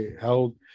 held